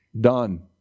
done